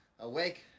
Awake